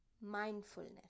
mindfulness